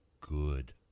Good